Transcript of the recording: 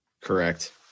Correct